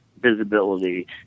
visibility